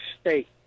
state